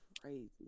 crazy